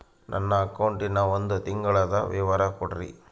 ನನ್ನ ಅಕೌಂಟಿನ ಒಂದು ತಿಂಗಳದ ವಿವರ ಕೊಡ್ರಿ?